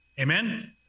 amen